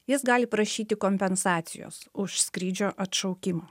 jis gali prašyti kompensacijos už skrydžio atšaukimą